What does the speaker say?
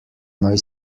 noi